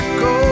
go